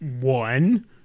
One